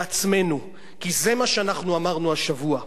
בעצמנו, כי זה מה שאנחנו אמרנו השבוע.